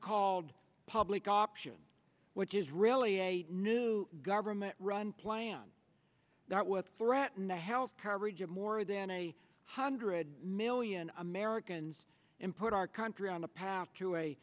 called public option which is really a new government run plan that what threaten the health coverage of more than a hundred million americans and put our country on a path to a